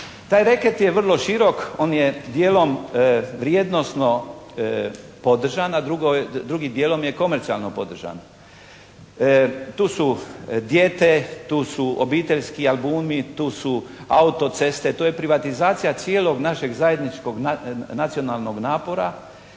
Taj reket je vrlo širok, on je dijelom vrijednosno podržan, a drugim dijelom je komercijalno podržan. Tu su dijete, tu su obiteljski albumi, tu su autoceste, to je privatizacija cijelog našeg zajedničkog nacionalnog napora,